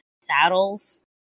saddles